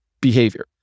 behavior